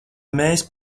mēs